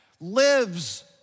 lives